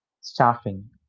staffing